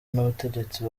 n’ubutegetsi